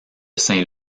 saint